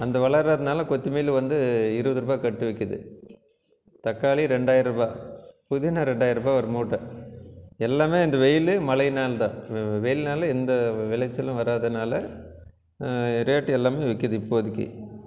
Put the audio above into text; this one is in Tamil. அந்த வளராததுனால கொத்தமல்லியும் வந்து இருபது ரூபாய் கட்டு விற்கிது தக்காளி ரெண்டாயிர ரூபாய் புதினா ரெண்டாயிர ரூபாய் ஒரு மூட்டை எல்லாமே இந்த வெயிலு மழையினால் தான் வெயில்னால் எந்த விளைச்சலும் வராததுனால் ரேட்டு எல்லாமே விற்கிது இப்போதிக்கு